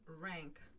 rank